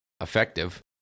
effective